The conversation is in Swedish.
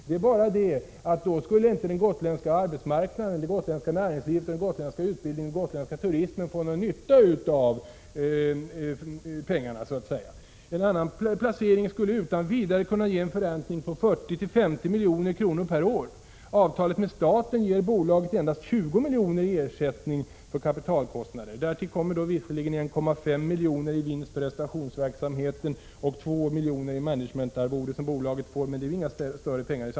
Då skulle emellertid inte den gotländska arbetsmarknaden, det gotländska näringslivet, den gotländska utbildningen eller den gotländska turismen få någon nytta av pengarna. En annan placering skulle utan vidare kunna ge en förräntning på 40-50 milj.kr. per år. Avtalet med staten ger bolaget endast 20 milj.kr. i ersättning för kapitalkostnader. Därtill kommer visserligen 1,5 miljoner i vinst på restaurationsverksamheten och 2 miljoner i management-arvode som bolaget får.